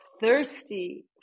thirsty